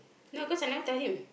no cause I never tell him